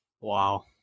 Wow